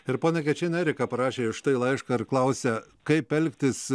ir ponai kad čia amerika parašė štai laišką ir klausia kaip elgtis